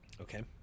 Okay